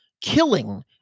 killing